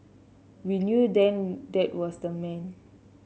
we knew then that was the man